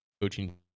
coaching